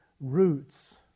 roots